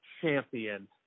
champion